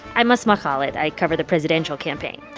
i'm asma khalid. i cover the presidential campaign.